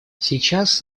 сейчас